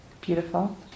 Beautiful